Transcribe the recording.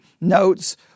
notes